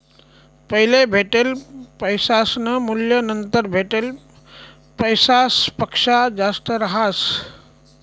पैले भेटेल पैसासनं मूल्य नंतर भेटेल पैसासपक्सा जास्त रहास